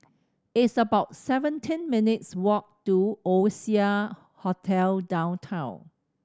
it's about seventeen minutes' walk to Oasia Hotel Downtown